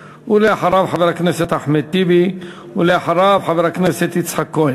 425, 443, 453, 455, 457 ו-463.